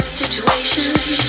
situations